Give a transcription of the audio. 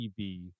TV